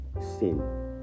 Sin